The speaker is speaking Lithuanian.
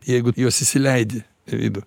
jeigu juos įsileidi į vidų